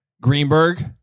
Greenberg